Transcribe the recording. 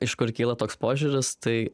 iš kur kyla toks požiūris tai